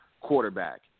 quarterback